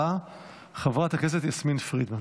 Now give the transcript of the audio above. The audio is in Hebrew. חברת הכנסת יסמין פרידמן.